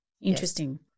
Interesting